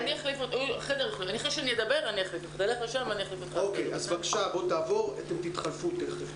אני סמוך ובטוח שנוכל להגיע להסכמות.